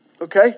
Okay